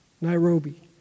Nairobi